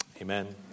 amen